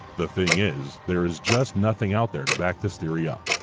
the thing is, there is just nothing out there to back this theory up.